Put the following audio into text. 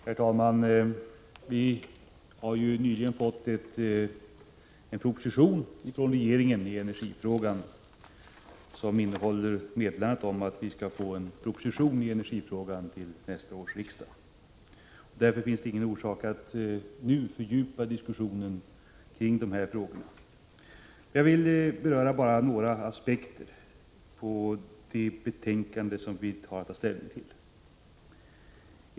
Herr talman! Vi har ju nyligen från regeringen i energifrågan fått en proposition, som innehåller meddelandet att vi skall få en proposition i energifrågan till nästa års riksdag! Därför finns det ingen orsak att nu fördjupa diskussionen kring de här sakerna. Jag vill beröra bara några aspekter på det betänkande som vi har att ta ställning till.